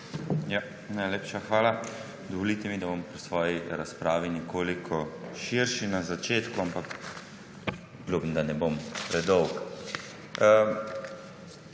Najlepša hvala. Dovolite mi, da bom pri svoji razpravi nekoliko širši na začetku, ampak obljubim, da ne bom predolg.